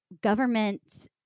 government